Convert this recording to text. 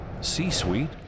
C-suite